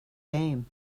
game